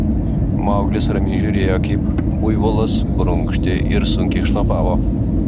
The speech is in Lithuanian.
mauglis ramiai žiūrėjo kaip buivolas prunkštė ir sunkiai šnopavo